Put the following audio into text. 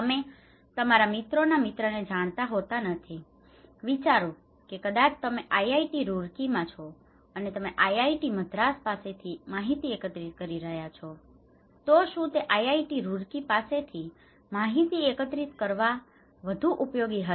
તમે તમારા મિત્રોના મિત્રને જાણતા હોતા નથી વિચારો કે કદાચ તમે આઈઆઈટી રૂરકીમાં છો અને તમે આઈઆઈટી મદ્રાસ પાસેથી માહિતી એકત્રિત કરી રહ્યાં છો તો શું તે આઇઆઇટી રૂરકી પાસેથી માહિતી એકત્રિત કરવા કરતાં વધુ ઉપયોગી હશે